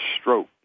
stroke